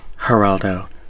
Geraldo